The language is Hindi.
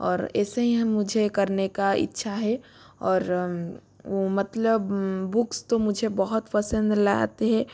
और ऐसे ही हम मुझे करने का इच्छा है और वो मतलब बुक्स तो मुझे बहुत पसंद लाते हैं